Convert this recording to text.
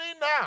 now